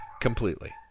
completely